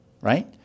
right